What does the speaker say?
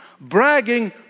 Bragging